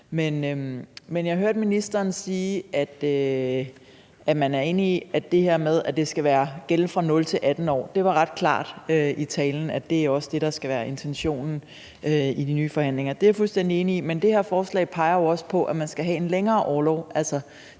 Men jeg hørte ministeren sige, at man er enig i det her med, at det skal gælde fra 0-18 år. Det var ret klart i talen, at det også er det, der skal være intentionen i de nye forhandlinger. Det er jeg fuldstændig enig i. Men det her forslag peger jo også på, at man skal have en længere orlov,